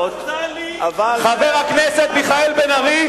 חבר הכנסת מיכאל בן-ארי,